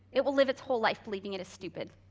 it will live its whole life believing it is stupid,